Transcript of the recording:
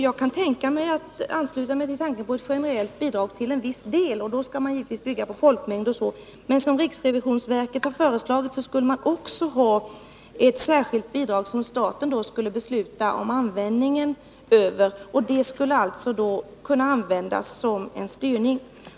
Jag kan ansluta mig till tanken på ett generellt bidrag till en viss del, och då skall man givetvis bygga på folkmängd och sådant. Men enligt riksrevisionsverkets förslag skulle man också ha ett särskilt bidrag där staten skulle besluta om användningen. Det skulle kunna användas som ett styrmedel.